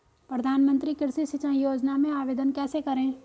प्रधानमंत्री कृषि सिंचाई योजना में आवेदन कैसे करें?